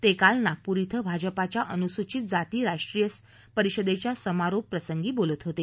ते काल नागपूर क्वें भाजपाच्या अनुसूचित जाती राष्ट्रीय परिषदेच्या समारोप प्रसंगी बोलत होते